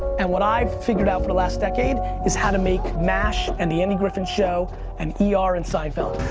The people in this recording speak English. and what i've figured out for the last decade is how to make mash and the andy griffith show and yeah ah er and seinfeld.